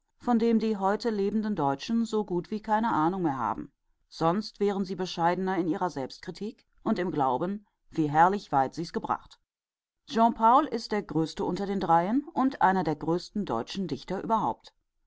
von dem die heute lebenden deutschen so gut wie keine ahnung mehr haben sonst wären sie bescheidener in ihrer selbstkritik und im glauben wie herrlich weit sie's gebracht jean paul ist der größte unter den dreien und einer der größten deutschen dichter überhaupt